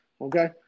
Okay